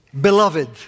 Beloved